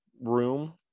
Room